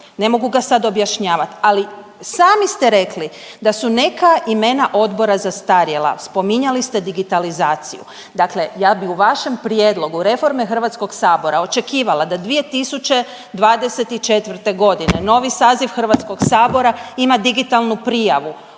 Ne mogu ga sad objašnjavati, ali sami ste rekli da su neka imena odbora zastarjela, spominjali ste digitalizaciju. Dakle, ja bi u vašem prijedlogu reforme Hrvatskog sabora očekivala da 2024. godine novi saziv Hrvatskog sabora ima digitalnu prijavu